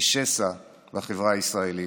ושסע בחברה הישראלית?